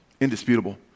Indisputable